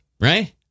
right